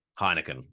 Heineken